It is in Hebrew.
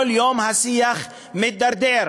וכל יום השיח מידרדר.